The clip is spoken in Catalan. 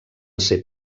ser